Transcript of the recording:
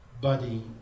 body